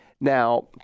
Now